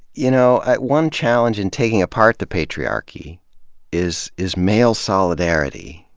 you know, one challenge in taking apart the patriarchy is is male solidarity,